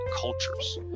cultures